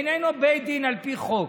איננו בית דין על פי חוק.